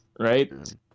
right